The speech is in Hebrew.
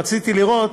רציתי לראות,